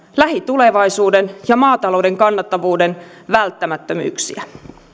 lähitulevaisuuden ja maatalouden kannattavuuden välttämättömyyksiä